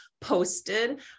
posted